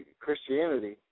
Christianity